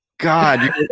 God